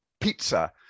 Pizza